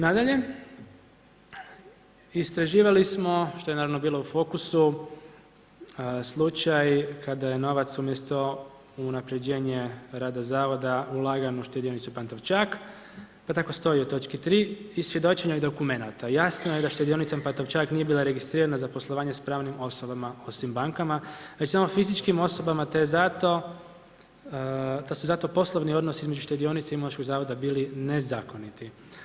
Nadalje, istraživali smo, što je naravno bilo u fokusu, slučaj kada je novac umjesto u unapređenje rada zavoda ulagan u štedionicu Pantovčak pa tako stoji u točki 3. iz svjedočenja i dokumenata jasno je da štedionica Pantovčak nije bila registrirana za poslovanje s pravnim osobama, osim bankama, već samo fizičkim osobama te se zato poslovni odnos između štedionice Imunološkog zavoda bili nezakoniti.